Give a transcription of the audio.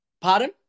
Pardon